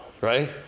Right